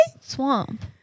Swamp